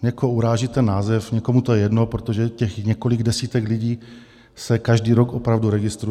Někoho uráží ten název, někomu to je jedno, protože těch několik desítek lidí se každý rok opravdu registruje.